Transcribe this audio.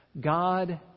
God